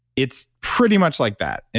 it's pretty much like that. and